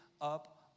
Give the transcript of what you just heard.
up